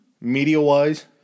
Media-wise